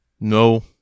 No